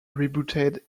rebooted